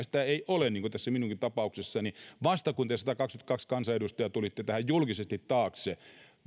sitä ei ole niin kuin tässä minunkin tapauksessani vasta kun te satakaksikymmentäkaksi kansanedustajaa tulitte tähän julkisesti taakse niin